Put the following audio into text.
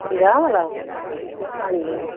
ਪੰਜਾਹ ਵਾਲਾ ਹਾਂਜੀ